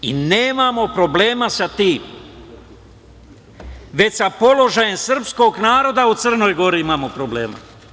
Nemamo problema sa tim, već sa položajem srpskog naroda u Crnoj Gori imamo problema.